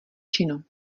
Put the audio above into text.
činu